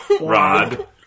Rod